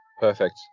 Perfect